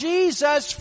Jesus